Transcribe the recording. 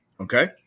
Okay